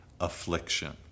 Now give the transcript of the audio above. affliction